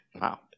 Wow